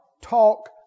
talk